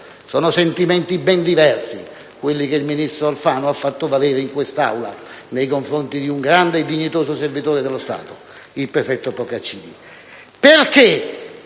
Sono sentimenti ben diversi quelli che il ministro Alfano ha fatto valere in quest'Aula nei confronti di un grande e dignitoso servitore dello Stato, il prefetto Procaccini. Perché